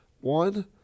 One